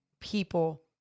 people